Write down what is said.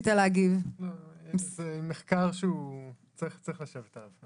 זה מחקר שצריך לשבת עליו.